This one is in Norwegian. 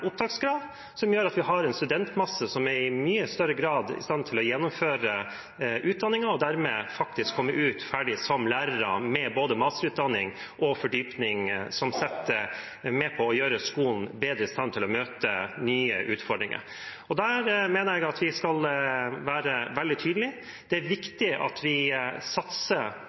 opptakskrav. Det gjør at vi har en studentmasse som i mye større grad er i stand til å gjennomføre utdanningen, og som dermed kan komme ut ferdig som lærere med både masterutdanning og fordypning. Det er med på å gjøre skolen bedre i stand til å møte nye utfordringer. Der mener jeg at vi skal være veldig tydelige. Det er viktig at vi satser på lærerutdanningen, og det er viktig at vi satser